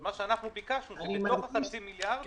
אז מה שאנחנו ביקשנו הוא שבתוך חצי המיליארד,